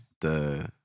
the-